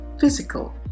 physical